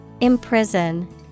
Imprison